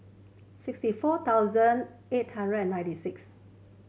sixty four thousand eight hundred and ninety six